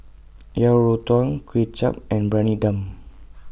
Yang Rou Tang Kway Chap and Briyani Dum